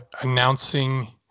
announcing